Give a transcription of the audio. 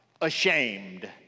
ashamed